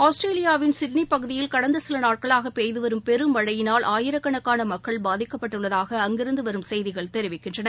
ஆஸ்திரேலியாவின் சிட்னி பகுதியில் கடந்த சில நாட்களாக பெய்து வரும் பெருமழையினால் ஆயிரக்கணக்கான மக்கள் பாதிக்கப்பட்டுள்ளதாக அங்கிருந்து வரும் செய்திகள் தெரிவிக்கின்றன